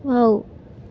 wow